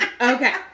Okay